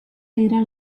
era